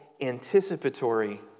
anticipatory